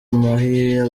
mahia